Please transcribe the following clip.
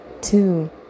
Two